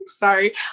sorry